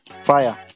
fire